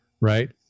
right